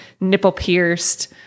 nipple-pierced